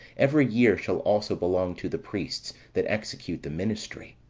every year, shall also belong to the priests that execute the ministry.